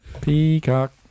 Peacock